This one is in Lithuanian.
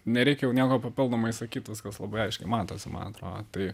nereikia jau nieko papildomai sakyti viskas labai aiškiai matosi man atrodo tai